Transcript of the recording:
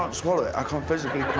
um sort of i can't physically